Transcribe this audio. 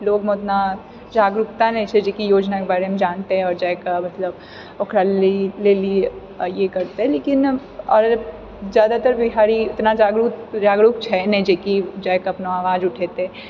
लोगमे ओतना जागरुकता नहि छै जेकि योजनाके बारेमे जानतै आओर जाइ कऽ मतलब ओकरा लए लेलिए ये करतै लेकिन आओर जादातर बिहारी इतना जागरूक जागरूक छै नहि जे कि जाइ कऽ अपना आवाज उठेतै